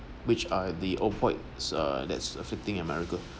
which uh the opioid is a that's a fitting america